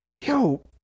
yo